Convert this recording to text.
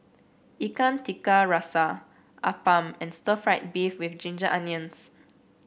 Ikan Tiga Rasa appam and stir fry beef with Ginger Onions